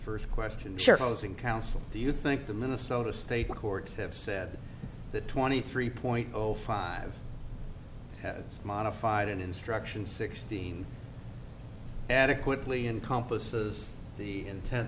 first question church housing council do you think the minnesota state courts have said that twenty three point zero five have modified an instruction sixteen adequately in compas has the intent